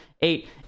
eight